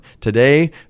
Today